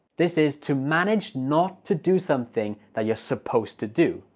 this is to manage not to do something that you're supposed to do.